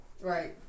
Right